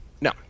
No